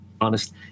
honest